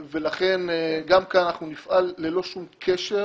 לכן גם כאן אנחנו נפעל ללא שום קשר